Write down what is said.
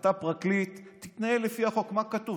אתה פרקליט, תתנהל לפי החוק, מה שכתוב.